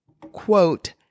quote